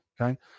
Okay